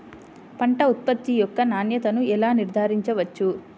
పంట ఉత్పత్తి యొక్క నాణ్యతను ఎలా నిర్ధారించవచ్చు?